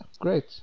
great